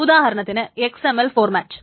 ഉദാഹരണത്തിന് XML format